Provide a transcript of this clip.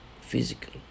physical